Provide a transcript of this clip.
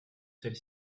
celle